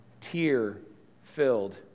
tear-filled